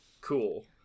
Cool